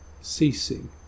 ceasing